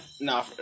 No